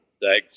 Thanks